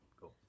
Cool